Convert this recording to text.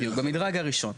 בדיוק, במדרג הראשון.